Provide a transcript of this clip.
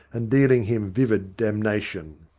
and dealing him vivid damnation.